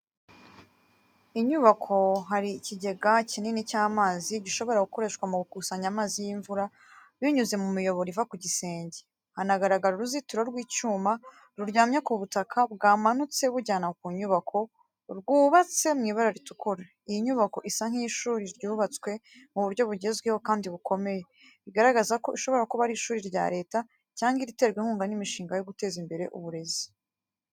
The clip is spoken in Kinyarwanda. Inyubako hari ikigega kinini cy’amazi, gishobora gukoreshwa mu gukusanya amazi y’imvura binyuze mu miyoboro iva ku gisenge. Hanagaragara uruzitiro rw’icyuma ruryamye ku butaka bwamanutse bujyana ku nyubako, rwubatswe mu ibara ritukura. Iyi nyubako isa nk’iy’ishuri ryubatswe mu buryo bugezweho kandi bukomeye, bigaragaza ko ishobora kuba ari ishuri rya Leta cyangwa iriterwa inkunga n’imishinga yo guteza imbere uburezi.